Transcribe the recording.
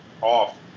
off